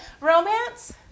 Romance